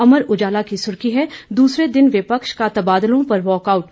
अमर उजाला की सुर्खी है दूसरे दिन विपक्ष का तबादलों पर वॉकआउट